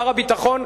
שר הביטחון,